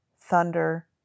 Thunder